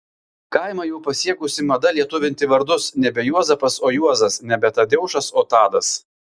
kaimą jau pasiekusi mada lietuvinti vardus nebe juozapas o juozas nebe tadeušas o tadas